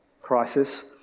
crisis